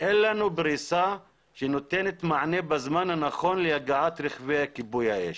אין לנו פריסה שנותנת מענה בזמן הנכון להגעת רכבי כיבוי האש.